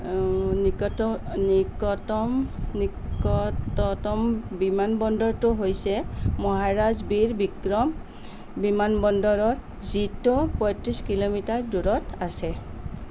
নিকট নিকটম নিকটতম বিমানবন্দৰটো হৈছে মহাৰাজ বীৰ বিক্ৰম বিমানবন্দৰত যিটো পঁয়ত্ৰিছ কিলোমিটাৰ দূৰত আছে